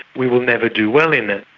we will never do well in it.